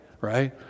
right